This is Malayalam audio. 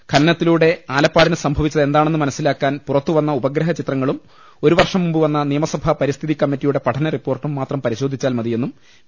ഖനന ത്തിലൂടെ ആലപ്പാടിന് സംഭവിച്ചത് എന്താണെന്ന് മനസ്സിലാക്കാൻ പുറത്തുവന്ന ഉപഗ്രഹചിത്രങ്ങളും ഒരു വർഷം മുമ്പ് വന്ന നിയമ സഭാ പരിസ്ഥിതി കമ്മറ്റിയുടെ പഠന റിപ്പോർട്ടും മാത്രം പരിശോ ധിച്ചാൽ മതിയെന്ന് വി